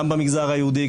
גם במגזר היהודי,